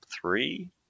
three